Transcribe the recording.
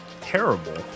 terrible